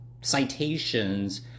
citations